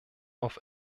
auf